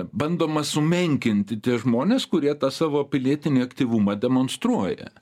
bandoma sumenkinti tie žmonės kurie tą savo pilietinį aktyvumą demonstruoja